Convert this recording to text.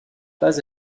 pas